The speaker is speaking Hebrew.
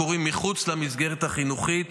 קורים מחוץ למסגרת החינוכית,